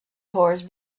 horse